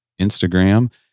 Instagram